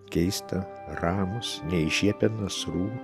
keista ramūs neiššiepę nasrų